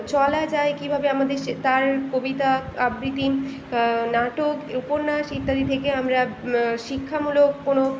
চলা যায় কীভাবে আমাদের সে তার কবিতা আবৃত্তি নাটক উপন্যাস ইত্যাদি থেকে আমরা শিক্ষামূলক কোনো